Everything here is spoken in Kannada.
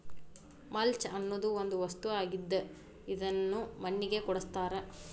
ಮಲ್ಚ ಅನ್ನುದು ಒಂದ ವಸ್ತು ಆಗಿದ್ದ ಇದನ್ನು ಮಣ್ಣಿಗೆ ಕೂಡಸ್ತಾರ